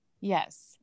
Yes